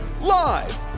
Live